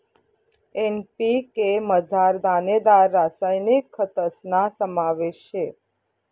NPK मझार दानेदार रासायनिक खतस्ना समावेश शे